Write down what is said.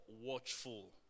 watchful